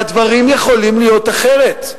והדברים יכולים להיות אחרת.